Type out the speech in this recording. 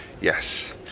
Yes